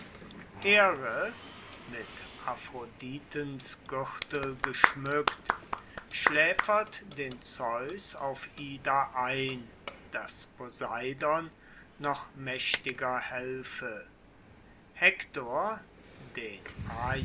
here mit aphroditens gürtel geschmückt schläfert den zeus auf ida ein daß poseidon noch mächtiger helfe hektor den